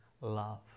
love